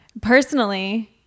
Personally